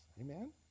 Amen